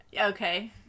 okay